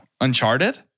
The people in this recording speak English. Uncharted